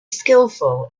skilful